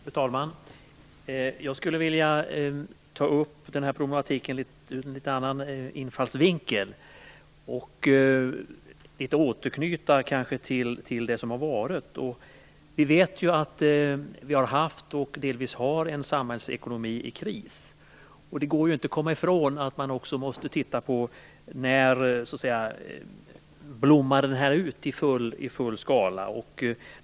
Fru talman! Jag skulle vilja ta upp den här problematiken ur en litet annan infallsvinkel och något återknyta till det som har varit. Vi har haft och har delvis en samhällsekonomi i kris. Det går inte att komma ifrån att man när man diskuterar en sådan här fråga också måste titta på när den här krisen blommade ut i full skala.